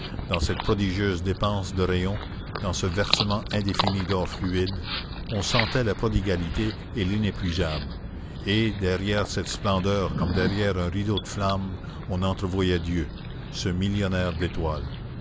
dans cette prodigieuse dépense de rayons dans ce versement indéfini d'or fluide on sentait la prodigalité de l'inépuisable et derrière cette splendeur comme derrière un rideau de flamme on entrevoyait dieu ce millionnaire d'étoiles